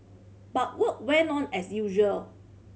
but work went on as usual